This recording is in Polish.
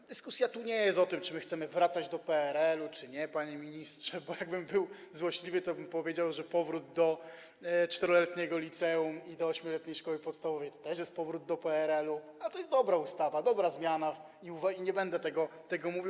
Ta dyskusja nie jest o tym, czy my chcemy wracać do PRL czy nie, panie ministrze, bo jakbym był złośliwy, to bym powiedział, że powrót do 4-letniego liceum i 8-letniej szkoły podstawowej to też jest powrót do PRL-u, a to jest dobra ustawa, dobra zmiana, więc nie będę tego mówił.